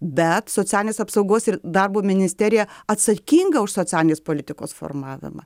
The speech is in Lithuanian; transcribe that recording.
bet socialinės apsaugos ir darbo ministerija atsakinga už socialinės politikos formavimą